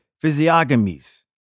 physiognomies